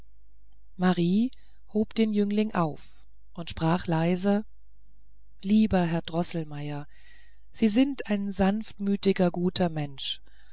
marie hob den jüngling auf und sprach leise lieber herr droßelmeier sie sind ein sanftmütiger guter mensch